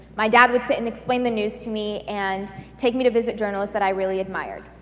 my dad would sit and explain the news to me, and take me to visit journalists that i really admired.